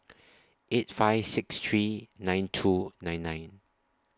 eight five six three nine two nine nine